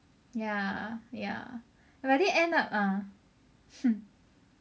ya ya like that end up